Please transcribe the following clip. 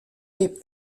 des